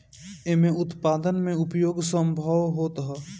एमे उत्पादन में उपयोग संभव होत हअ